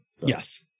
Yes